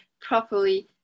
properly